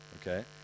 okay